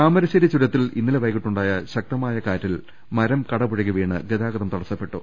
താമരശേരി ചുരത്തിൽ ഇന്നലെ വൈകീട്ടുണ്ടായ ശക്തമായ കാറ്റിൽ മരം കടപുഴകി വീണ് ഗതാഗതം തടസപ്പെട്ടു